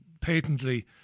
patently